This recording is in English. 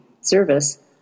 service